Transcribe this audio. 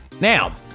now